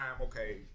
Okay